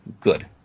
Good